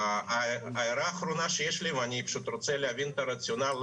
אני רוצה להבין את הרציונל,